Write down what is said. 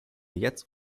jetzt